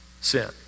sin